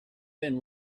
been